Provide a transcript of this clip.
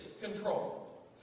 control